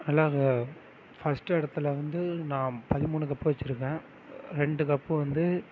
நல்ல ஃபர்ஸ்ட் இடத்துல வந்து நான் பதிமூணு கப்பு வச்சுருக்கேன் ரெண்டு கப்பு வந்து